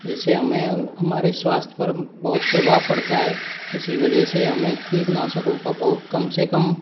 जिससे हमें हमारे स्वास्थ्य पर बहुत प्रभाव पड़ता है इसी वजह से हमें कीटनाशकों का बहुत कम से कम